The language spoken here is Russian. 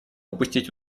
упустить